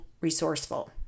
resourceful